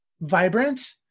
vibrant